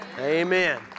Amen